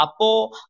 Apo